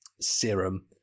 serum